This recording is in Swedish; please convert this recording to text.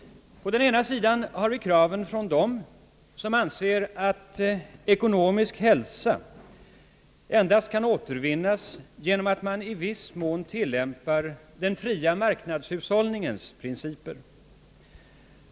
På den ena sidan har vi kraven från dem som anser att ekonomisk hälsa endast kan återvinnas genom att man i viss mån tillämpar den fria marknadshushållningens principer.